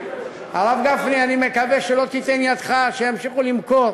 הרב גפני, אני מקווה שלא תיתן ידך שימשיכו למכור